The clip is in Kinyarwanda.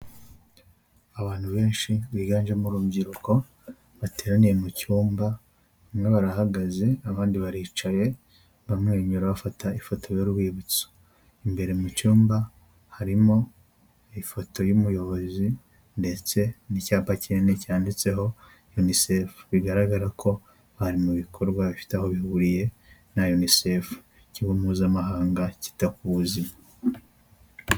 Abantu benshi biganjemo urubyiruko bateraniye mu cyumba, bamwe barahagaze abandi baricaye, bamwenyura bafata ifoto y'urwibutso. imbere mu cyumba harimo ifoto y'umuyobozi, ndetse n'icyapa kinini cyanditseho UNICEF bigaragara ko bari mu bikorwa bifite aho bihuriye na UNICEF ikigo mpuzamahanga kita ku buzima.